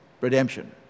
redemption